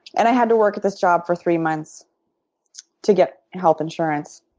and i had to work at this job for three months to get health insurance.